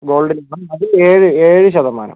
ഗോൾഡിൽ അത് ഏഴ് ഏഴ് ശതമാനം